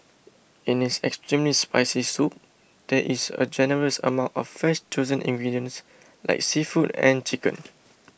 in its extremely spicy soup there is a generous amount of fresh chosen ingredients like seafood and chicken